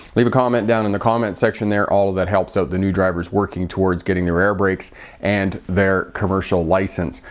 leave a comment down in the comment section there all that helps of the new drivers working towards getting their air brakes and their commercial license.